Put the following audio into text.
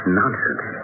nonsense